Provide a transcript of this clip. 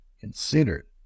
considered